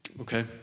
okay